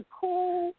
cool